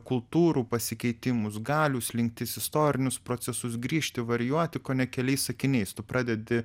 kultūrų pasikeitimus galių slinktis istorinius procesus grįžti varijuoti kone keliais sakiniais tu pradedi